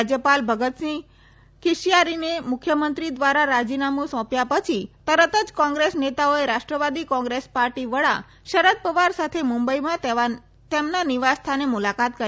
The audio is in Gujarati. રાજયપાલ ભગતસિંહ કીશ્યારીને મુખ્યમંત્રી ધ્વારા રાજીનામું સોપ્યા પછી તરત જ કોંગ્રેસ નેતાઓએ રાષ્ટ્રવાદી કોંગ્રેસ પાર્ટી વડા શરદ પવાર સાથે મુંબઇમાં તેમના નિવાસ સ્થાને મુલાકાત કરી